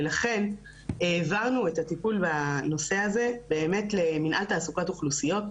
לכן העברנו את הטיפול בנושא הזה למינהל תעסוקת אוכלוסיות,